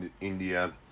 India